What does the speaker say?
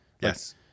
Yes